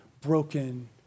broken